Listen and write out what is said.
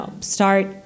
start